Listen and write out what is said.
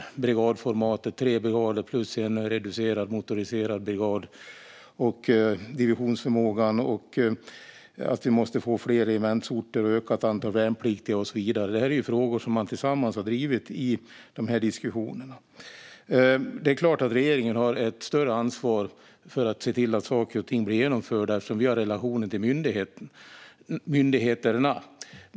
Det handlar om brigadformatet, tre brigader plus en reducerad motoriserad brigad, om divisionsförmågan, om att vi måste få fler regementsorter och ett ökat antal värnpliktiga och så vidare. Det är frågor som man tillsammans har drivit i dessa diskussioner. Det är klart att vi i regeringen har ett större ansvar för att se till att saker och ting blir genomförda, eftersom vi har relationen till myndigheterna.